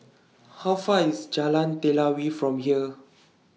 How Far IS Jalan Telawi from here